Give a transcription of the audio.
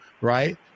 right